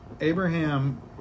Abraham